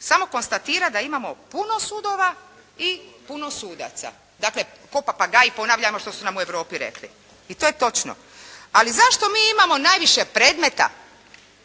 Samo konstatira da imamo puno sudova i puno sudaca. Dakle, kao papagaji ponavljamo šta su nam u Europi rekli. I to je točno. Ali zašto mi imamo najviše predmeta?